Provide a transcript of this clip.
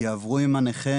יעברו עם הנכה,